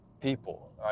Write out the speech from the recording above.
people